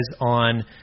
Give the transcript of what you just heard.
on